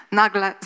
nagle